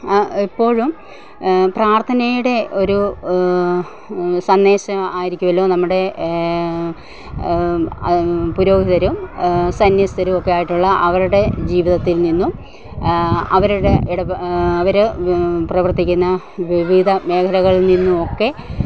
എപ്പോഴും പ്രാർത്ഥനയുടെ ഒരു സന്ദേശം ആയിരിക്കുമല്ലോ നമ്മുടെ പുരോഹിതരും സന്യസ്ഥരും ഒക്കെ ആയിട്ടുള്ള അവരുടെ ജീവിതത്തിൽ നിന്നും അവരുടെ അവർ പ്രവർത്തിക്കുന്ന വിവിധ മേഖലകളിൽ നിന്നും ഒക്കെ